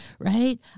right